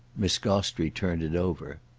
miss gostrey turned it over.